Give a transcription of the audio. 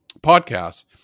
podcasts